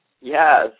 Yes